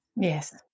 yes